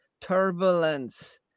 turbulence